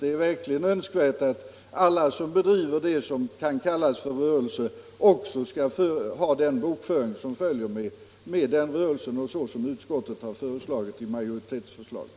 Det är verkligen önskvärt att alla som bedriver vad som kan kallas rörelse också skall ha den bokföring som följer med den rörelsen — och som utskottet har angivit i majoritetsförslaget.